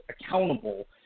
accountable